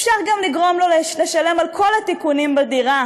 אפשר לגרום לו לשלם על כל התיקונים בדירה